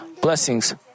blessings